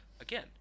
again